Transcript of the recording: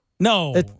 No